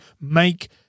make